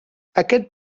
aquest